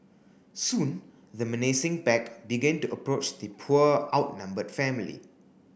soon the menacing back begin to approach the poor outnumbered family